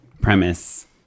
premise